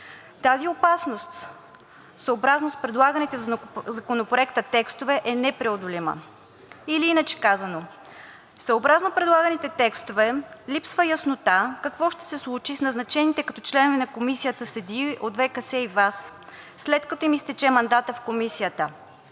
Тази опасност, съобразно с предлаганите в Законопроекта текстове, е непреодолима или, иначе казано, съобразно предлаганите текстове липсва яснота какво ще се случи с назначените като членове на Комисията съдии от ВКС и ВАС, след като им изтече мандатът в Комисията?